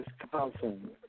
Wisconsin